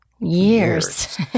Years